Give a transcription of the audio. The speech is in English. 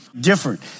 Different